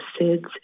SIDS